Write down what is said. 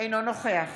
אינו נוכח